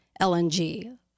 LNG